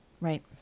Right